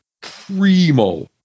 primo